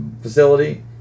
facility